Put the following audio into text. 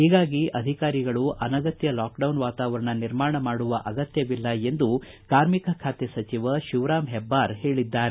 ಹೀಗಾಗಿ ಅಧಿಕಾರಿಗಳು ಅನಗತ್ತ ಲಾಕ್ಡೌನ್ ವಾತಾವರಣ ನಿರ್ಮಾಣ ಮಾಡುವ ಅಗತ್ತವಿಲ್ಲ ಎಂದು ಕಾರ್ಮಿಕ ಖಾತೆ ಸಚಿವ ಶಿವರಾಮ್ ಹೆಬ್ಬಾರ್ ಹೇಳಿದ್ದಾರೆ